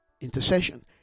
intercession